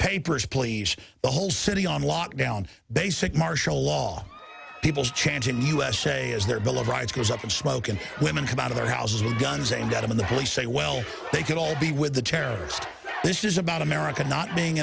papers please the whole city on lockdown basic martial law people chanting usa as their bill of rights goes up in smoke and women come out of their houses with guns and get in the police say well they could all be with the terrorist this is about america not being